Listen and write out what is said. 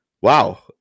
wow